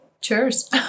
cheers